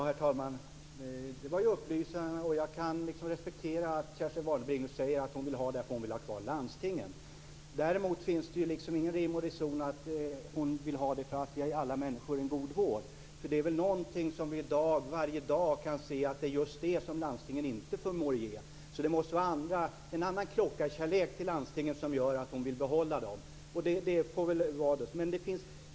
Herr talman! Det var ju upplysande. Jag kan respektera att Kerstin Warnerbring säger att hon vill ha skattefinansiering därför att hon vill ha kvar landstingen. Däremot finns det ingen rim och reson i att hon vill ha landstingen kvar för att alla människor skall få en god vård. Det är just det som landstingen inte förmår att ge, det kan vi se varje dag. Det måste vara en annan klockarkärlek till landstingen som gör att Kerstin Warnerbring vill behålla dem.